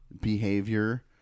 behavior